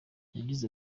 yagize